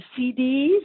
CDs